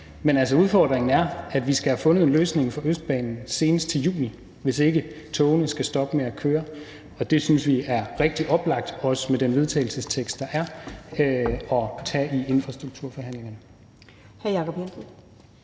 Men udfordringen er, at vi skal have fundet en løsning for Østbanen senest til juni, hvis ikke togene skal stoppe med at køre. Og det synes vi er rigtig oplagt, også med den vedtagelsestekst, der er, at tage i infrastrukturforhandlingerne.